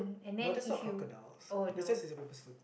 no that's not crocodiles that's just scissor paper stone